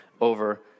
over